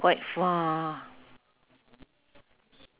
!huh! you go ah uh same lah